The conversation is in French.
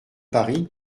paris